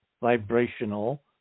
vibrational